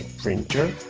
printer,